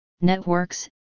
networks